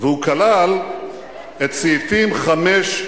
והוא כלל את סעיפים 5,